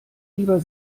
lieber